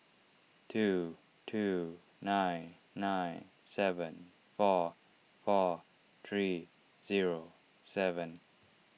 two two nine nine seven four four three zero seven